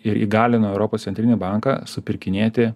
ir įgalino europos centrinį banką supirkinėti